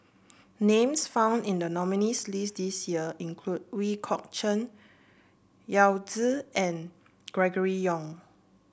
names found in the nominees' list this year include Ooi Kok Chuen Yao Zi and Gregory Yong